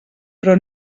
però